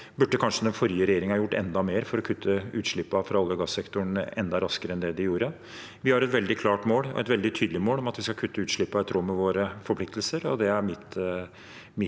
burde kanskje den forrige regjeringen ha gjort enda mer for å kutte utslippene fra olje- og gassektoren enda raskere enn det den gjorde. Vi har et veldig klart mål, et veldig tydelig mål, om at vi skal kutte utslippene i tråd med våre forpliktelser. Det er min